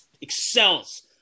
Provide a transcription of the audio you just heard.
excels